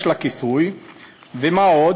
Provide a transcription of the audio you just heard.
ומה עוד?